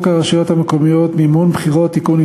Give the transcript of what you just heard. הרשויות המקומיות (מימון בחירות) (תיקון,